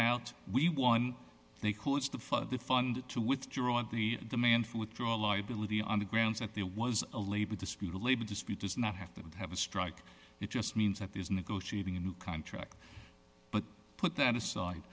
out we won they caused the fire fund to withdraw the demand for withdrawal liability on the grounds that there was a labor dispute a labor dispute does not have to have a strike it just means that there's negotiating a new contract but put that aside